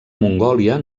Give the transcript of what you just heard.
mongòlia